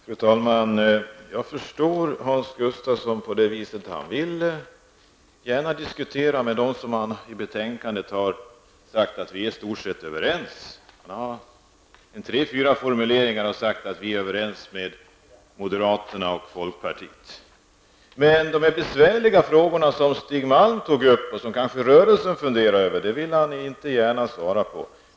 Fru talman! Jag förstår att Hans Gustafsson gärna diskuterar med dem som han i stort sett är överens med. Han har sagt tre fyra gånger att socialdemokraterna är överens med moderaterna och folkpartiet. Men de besvärliga frågorna som Stig Malm tog upp och som rörelsen funderar över vill han inte gärna svara på.